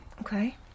Okay